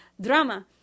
drama